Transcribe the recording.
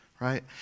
right